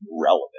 relevant